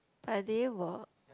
but they were